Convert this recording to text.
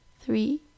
three